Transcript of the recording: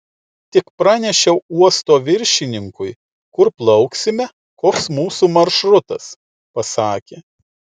tik pranešiau uosto viršininkui kur plauksime koks mūsų maršrutas pasakė